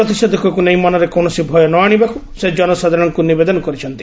ପ୍ରତିଷେଧକକୁ ନେଇ ମନରେ କୌଣସି ଭୟ ନ ଆଶିବାକୁ ସେ ଜନସାଧାରଣଙ୍କୁ ନିବେଦନ କରିଛନ୍ତି